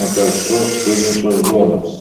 ant karštos skrudintos duonos